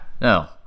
No